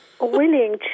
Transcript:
willing